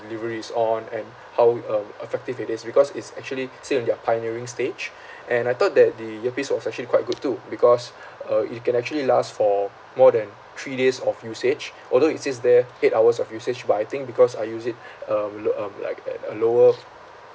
delivery is on and how um effective it is because it's actually still in their pioneering stage and I thought that the earpiece was actually quite good too because uh it can actually last for more than three days of usage although it says there eight hours of usage but I think because I use it um um like at a lower